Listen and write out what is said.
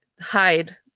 hide